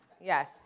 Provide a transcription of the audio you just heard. Yes